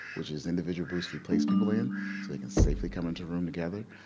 which is individual booths we place people in so they can safely come into a room together.